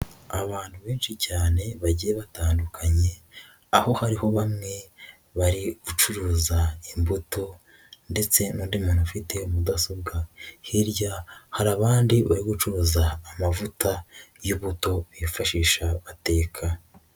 Abantu benshi cyane bagiye batandukanye aho hariho bamwe bari gucuruza imbuto ndetse n'undi muntu ufite mudasobwa, hirya hari abandi bari gucuruza amavuta y'ibuto bifashisha bateka.